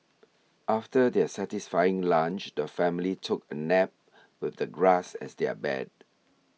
after their satisfying lunch the family took a nap with the grass as their bed